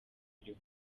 iriho